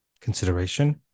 consideration